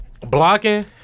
blocking